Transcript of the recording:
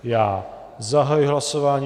Já zahajuji hlasování.